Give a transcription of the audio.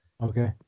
Okay